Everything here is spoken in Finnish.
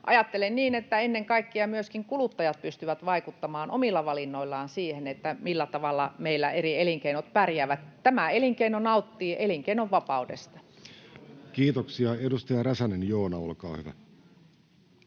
Ajattelen niin, että ennen kaikkea kuluttajat pystyvät vaikuttamaan omilla valinnoillaan siihen, millä tavalla meillä eri elinkeinot pärjäävät. Tämä elinkeino nauttii elinkeinonvapaudesta. [Speech 95] Speaker: Jussi Halla-aho